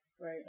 Right